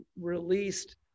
released